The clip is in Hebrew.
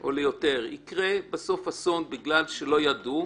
או ליותר יקרה בסוף אסון בגלל שלא ידעו,